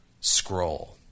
scroll